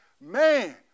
man